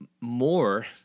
more